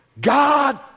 God